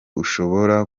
ushobora